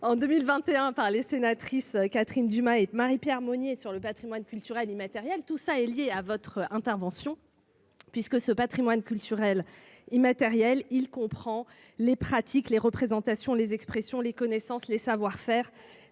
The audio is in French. en 2021, par les sénatrices Catherine Dumas et Marie-Pierre Monier sur le patrimoine culturel immatériel. Tout cela est bien lié à votre intervention, puisque ce patrimoine culturel immatériel comprend les pratiques, les représentations, les expressions, les connaissances et les savoir-faire,